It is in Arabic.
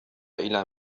إلى